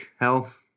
health